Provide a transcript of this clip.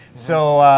so,